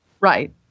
Right